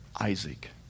Isaac